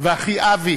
ואחי אבי,